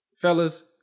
Fellas